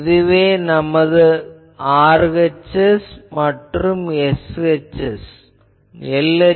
இதுவே நமது RHS மற்றும் LHS